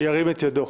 ירים את ידו.